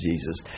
Jesus